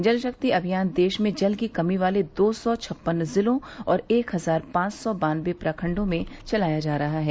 जलशक्ति अभियान देश में जल की कमी वाले दो सौ छप्पन जिलों और एक हजार पांच सौ बान्नवे प्रखंडों में चलाया जा रहा है